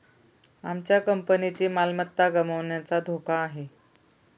आमच्या कंपनीची मालमत्ता गमावण्याचा धोका आहे